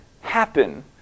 happen